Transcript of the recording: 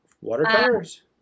watercolors